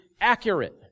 accurate